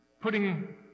Putting